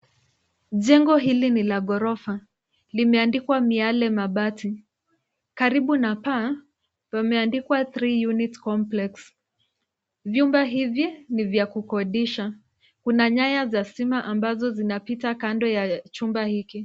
Jengo hili ni la ghorofa, limeandikwa Mialemabati. Karibu na paa, pameandikwa Three Unit Complex. Vyumba hivi ni vya kukodisha. Kuna nyaya za stima ambazo zinapita kando ya chumba hiki.